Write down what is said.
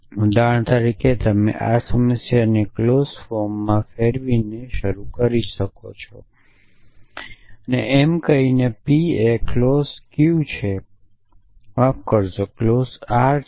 તેથી ઉદાહરણ તરીકે તમે આ સમસ્યાને ક્લોઝ ફોર્મમાં ફેરવીને શરૂ કરી શકો છો એમ કહીને P એ ક્લોઝ Q છે માફ કરશો R ક્લોઝ છે